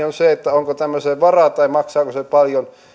on se että onko tämmöiseen varaa tai maksaako se paljon